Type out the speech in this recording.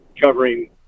covering